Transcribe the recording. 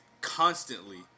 constantly